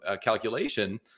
calculation